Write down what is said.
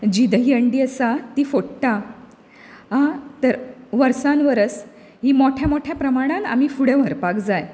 जी दही हंडी आसा ती फोडटा हां त वर्सान वर्स ही मोठ्या मोठ्या प्रमाणांत आमी फुडें व्हरपाक जाय